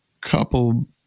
couple